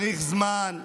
צריך זמן,